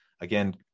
Again